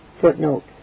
Footnote